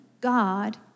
God